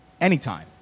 anytime